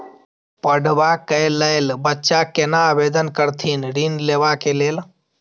पढ़वा कै लैल बच्चा कैना आवेदन करथिन ऋण लेवा के लेल?